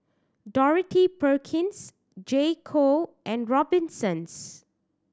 Dorothy Perkins J Co and Robinsons